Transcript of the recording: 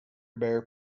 bare